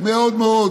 מאוד מאוד